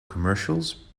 commercials